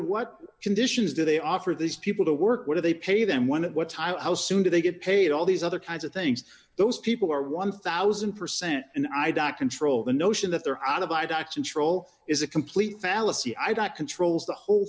what conditions do they offer these people to work what do they pay them one at what time how soon do they get paid all these other kinds of things those people are one thousand percent in eye doc control the notion that they're out of my docs intro is a complete fallacy i got controls the whole